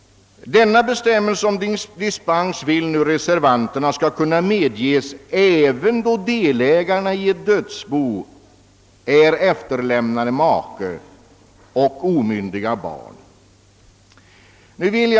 Denna bestämmelse om dispens vill nu reservanterna skall kunna tillämpas även då delägarna i ett dödsbo är efterlämnad make och omyndiga barn.